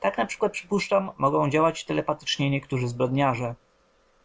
tak n p przypuszczam mogą działać telepatycznie niektórzy zbrodniarze